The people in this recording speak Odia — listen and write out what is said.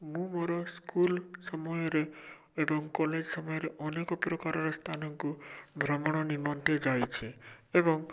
ମୁଁ ମୋର ସ୍କୁଲ୍ ସମୟରେ ଏବଂ କଲେଜ୍ ସମୟରେ ଅନେକ ପ୍ରକାରର ସ୍ଥାନକୁ ଭ୍ରମଣ ନିମନ୍ତେ ଯାଇଛି ଏବଂ